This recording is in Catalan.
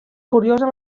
curiosa